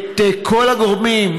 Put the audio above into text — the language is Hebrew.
את כל הגורמים,